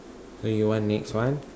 so you want next one